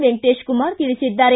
ವೆಂಕಟೇಶಕುಮಾರ ತಿಳಿಸಿದ್ದಾರೆ